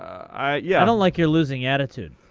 i yeah don't like your losing attitude.